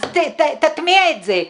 אז תטמיע את זה.